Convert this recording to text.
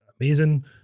amazing